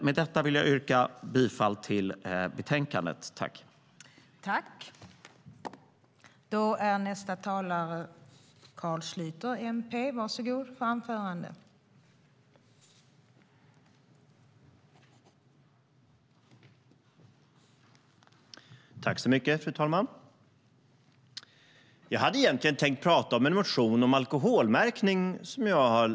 Med detta vill jag yrka bifall till förslaget i betänkandet.